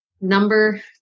number